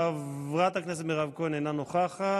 חברת הכנסת מירב כהן, אינה נוכחת.